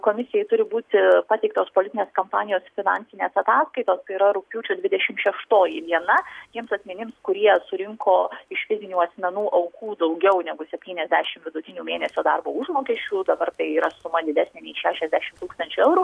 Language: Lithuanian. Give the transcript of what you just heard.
komisijai turi būti pateiktos politinės kampanijos finansinės ataskaitos tai yra rugpjūčio dvidešim šeštoji diena tiems asmenims kurie surinko iš fizinių asmenų aukų daugiau negu septyniasdešim vidutinių mėnesio darbo užmokesčių dabar tai yra suma didesnė nei šešiasdešim tūkstančių eurų